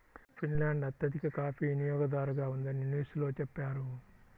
Finland అత్యధిక coffee వినియోగదారుగా ఉందని న్యూస్ లో చెప్పారు